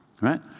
right